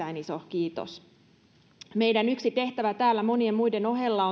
kiitos meidän yksi tehtävä täällä monien muiden ohella on toivon